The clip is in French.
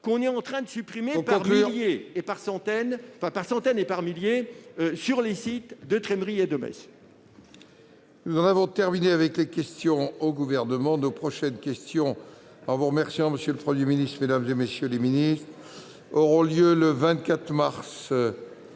l'on est en train de supprimer par centaines et par milliers sur les sites de Trémery et de Metz.